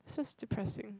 just depressing